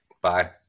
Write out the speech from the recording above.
Bye